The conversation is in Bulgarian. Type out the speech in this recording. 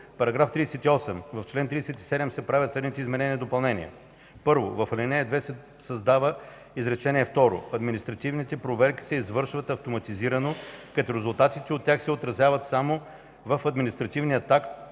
§ 38: „§ 38. В чл. 37 се правят следните изменения и допълнения: 1. В ал. 2 се създава изречение второ: „Административните проверки се извършват автоматизирано, като резултатите от тях се отразяват само в административния акт,